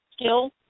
skill